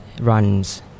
runs